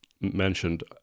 mentioned